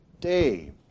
day